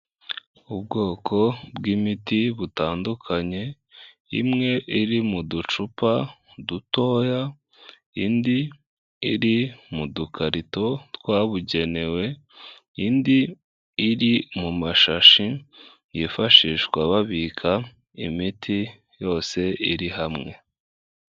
Ubwoko bw'imiti butandukanye, imwe iri mu ducupa dutoya indi iri mu dukarito twabugenewe, indi iri mu mashashi yifashishwa babika imiti yose iri hamwe.